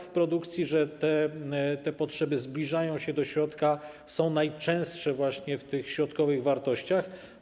W produkcji jest tak, że potrzeby zbliżają się do środka, że są najczęstsze właśnie w środkowych wartościach.